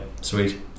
sweet